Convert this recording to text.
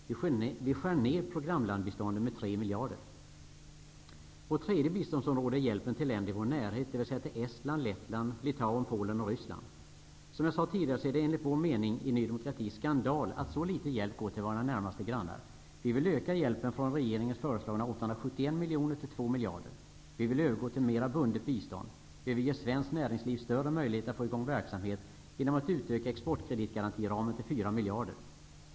Vi vill skära ned programlandbiståndet med 3 miljarder kronor. Vårt tredje biståndsområde är hjälpen till länder i vår närhet, dvs. till Estland, Lettland, Litauen, Polen och Ryssland. Som jag sade tidigare är det enligt vår mening i Ny demokrati skandal att så litet hjälp går till våra närmaste grannar. Vi vill öka hjälpen från regeringens föreslagna 871 miljoner kronor till 2 miljarder. Vi vill övergå till mera bundet bistånd. Vi vill ge svenskt näringsliv större möjligheter att få i gång verksamhet genom att utöka exportkreditgarantiramen till 4 miljarder kronor.